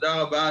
תודה רבה,